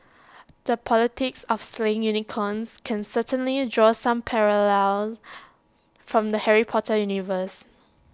the politics of slaying unicorns can certainly draw some parallels from the Harry Potter universe